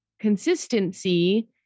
consistency